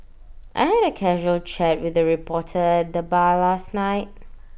I had A casual chat with A reporter at the bar last night